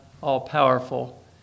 all-powerful